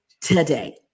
today